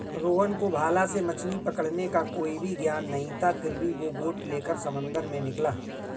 रोहन को भाला से मछली पकड़ने का कोई भी ज्ञान नहीं था फिर भी वो बोट लेकर समंदर में निकला